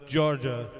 Georgia